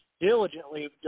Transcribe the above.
diligently